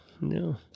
No